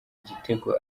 igitego